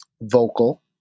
vocal